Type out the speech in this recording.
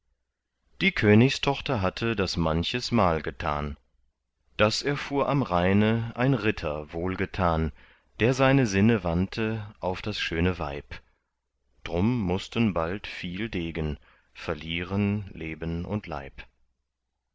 die königstochter hatte das manches mal getan das erfuhr am rheine ein ritter wohlgetan der seine sinne wandte auf das schöne weib drum mußten bald viel degen verlieren leben und leib